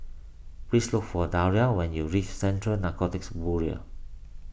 please look for Daria when you reach Central Narcotics Bureau